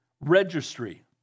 registry